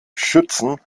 schützen